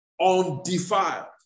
undefiled